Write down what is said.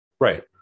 Right